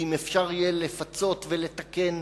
ואם אפשר יהיה לפצות ולתקן